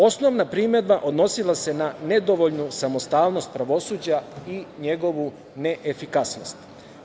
Osnovna primedba odnosila se na nedovoljnu samostalnost pravosuđa i njegovu neefikasnost.